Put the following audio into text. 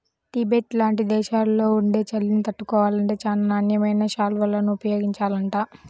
Tibet లాంటి దేశాల్లో ఉండే చలిని తట్టుకోవాలంటే చానా నాణ్యమైన శాల్వాలను ఉపయోగించాలంట